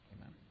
amen